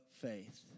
faith